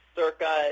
circa